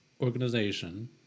organization